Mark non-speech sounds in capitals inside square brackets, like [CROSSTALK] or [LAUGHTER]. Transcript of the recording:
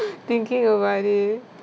[NOISE] thinking about it